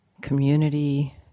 community